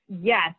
Yes